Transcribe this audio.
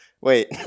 wait